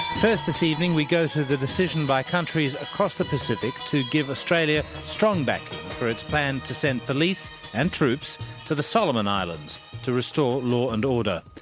first this evening we go to the decision by countries across the pacific to give australia strong backing for its plan to send police and troops to the solomon islands to restore law and order.